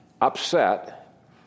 upset